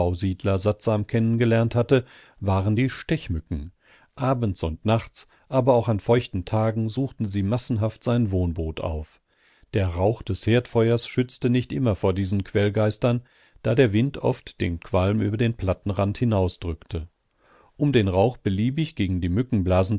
sattsam kennengelernt hatte waren die stechmücken abends und nachts aber auch an feuchten tagen suchten sie massenhaft sein wohnboot auf der rauch des herdfeuers schützte nicht immer vor diesen quälgeistern da der wind oft den qualm über den plattenrand hinausdrückte um den rauch beliebig gegen die